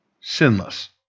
sinless